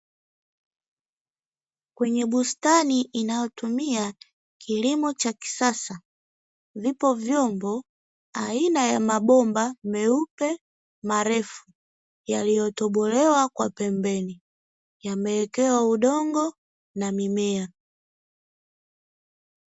Kwenye bustani inayotumia kilimo cha kisasa. Vipo vyombo aina ya mabomba meupe marefu yaliyotobolewa kwa pembeni, yamewekewa udongo na mimea.